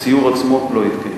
והסיור עצמו לא התקיים.